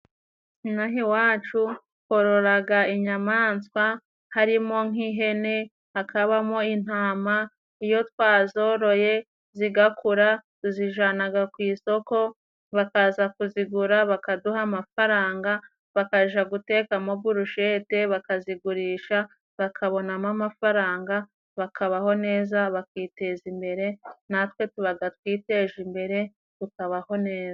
Ino aha iwacu twororaga inyamaswa harimo nk'ihene, hakabamo intama ,iyo twazoroye zigakura tuzijanaga ku isoko bakaza kuzigura bakaduha amafaranga bakaja gutekamo burushete, bakazigurisha bakabonamo amafaranga bakabaho neza, bakiteza imbere natwe tubaga twiteje imbere tukabaho neza.